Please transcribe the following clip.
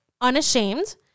unashamed